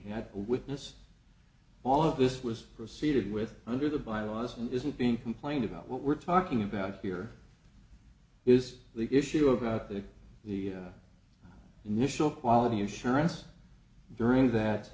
had a witness all of this was proceeded with under the violence and it isn't being complained about what we're talking about here is the issue about the the initial quality assurance during that